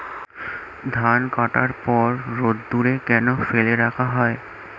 ধান কাটার পর রোদ্দুরে কেন ফেলে রাখা হয়?